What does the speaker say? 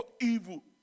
evil